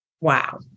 Wow